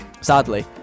sadly